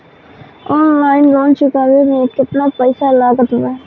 Online loan चुकवले मे केतना पईसा लागत बा?